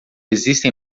existem